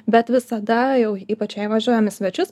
bet visada jau ypač jei važiuojam į svečius